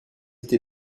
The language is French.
était